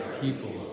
people